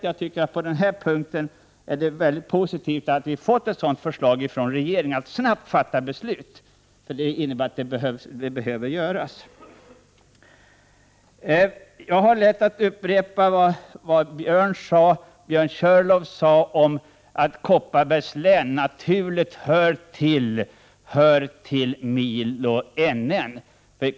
Jag tycker att det är mycket positivt att vi har fått ett förslag från regeringen om att på den här punkten snabbt fatta beslut — för det behövs. Jag har lätt att upprepa vad Björn Körlof sade om Kopparbergs län — att det naturligt hör till Milo NN.